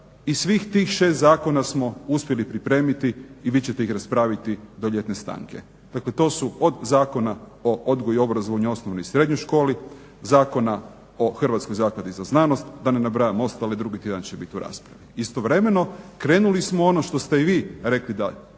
i svih tih 6 zakona smo uspjeli pripremiti i vi ćete ih raspraviti do ljetne stanke. Dakle to su od Zakona o odgoju i obrazovanju u osnovnoj i srednjoj školi, Zakona o Hrvatskoj zakladi za znanost, da ne nabrajam ostale, drugi tjedan će biti u raspravi. Istovremeno krenuli smo u ono što ste i vi rekli da je